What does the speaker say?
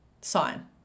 sign